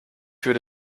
würde